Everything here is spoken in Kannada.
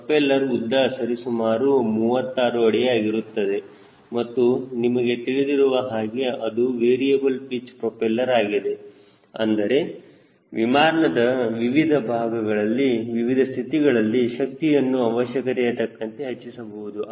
ಪ್ರೊಪೆಲ್ಲರ್ ಉದ್ದ ಸರಿಸುಮಾರು 3 ಅಡಿ ಆಗಿರುತ್ತದೆ ಮತ್ತು ನಿಮಗೆ ತಿಳಿದಿರುವ ಹಾಗೆ ಇದು ವೇರಿಯಬಲ್ ಪಿಚ್ ಪ್ರೊಪೆಲ್ಲರ್ ಆಗಿದೆ ಅಂದರೆ ವಿವಿಧ ವಿಮಾನದ ಸ್ಥಿತಿಗಳಲ್ಲಿ ಶಕ್ತಿಯನ್ನು ಅವಶ್ಯಕತೆ ತಕ್ಕಂತೆ ಹೆಚ್ಚಿಸಬಹುದು